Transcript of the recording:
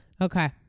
Okay